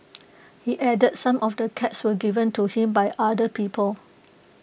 he added some of the cats were given to him by other people